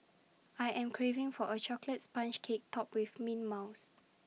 I am craving for A Chocolate Sponge Cake Topped with mint mouse